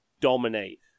dominate